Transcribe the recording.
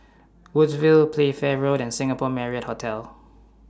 Woodsville Playfair Road and Singapore Marriott Hotel